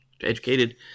educated